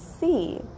see